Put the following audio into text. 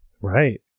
Right